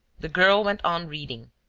the girl went on reading.